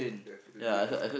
yes illusion club